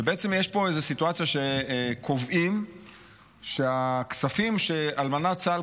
ויש פה סיטואציה שקובעים שהכספים שאלמנת צה"ל